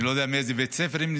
אני לא יודע מאיזה בית ספר הם,